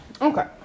okay